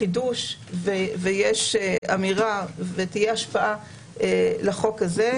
חידוש ויש אמירה ותהיה השפעה לחוק הזה,